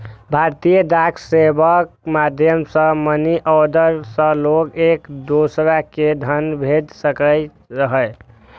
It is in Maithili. भारतीय डाक सेवाक माध्यम सं मनीऑर्डर सं लोग एक दोसरा कें धन भेज सकैत रहै